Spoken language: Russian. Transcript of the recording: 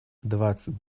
двадцать